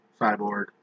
Cyborg